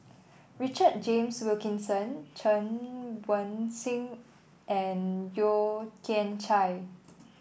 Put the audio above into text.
Richard James Wilkinson Chen Wen Hsi and Yeo Kian Chye